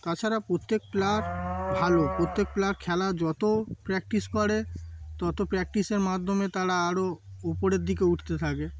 তাছাড়া প্রত্যেক প্লেয়ার ভালো প্রত্যেক প্লেয়ার খেলা যত প্র্যাকটিস করে তত প্র্যাকটিসের মাধ্যমে তারা আরও উপরের দিকে উঠতে থাকে